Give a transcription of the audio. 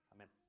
Amen